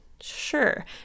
Sure